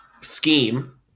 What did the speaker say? scheme